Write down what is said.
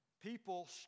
People